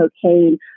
cocaine